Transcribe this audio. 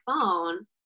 phone